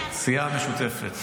הסיעה המשותפת,